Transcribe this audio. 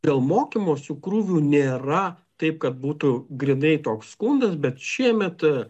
dėl mokymosi krūvių nėra taip kad būtų grynai toks skundas bet šiemet